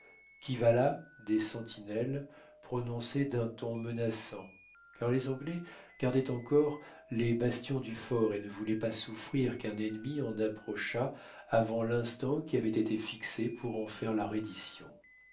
qui va là des sentinelles prononcé d'un ton menaçant car les anglais gardaient encore les bastions du fort et ne voulaient pas souffrir qu'un ennemi en approchât avant l'instant qui avait été fixé pour en faire la reddition